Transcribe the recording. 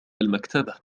المكتبة